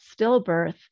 stillbirth